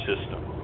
system